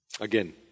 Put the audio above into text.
again